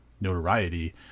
notoriety